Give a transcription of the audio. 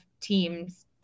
teams